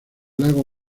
lago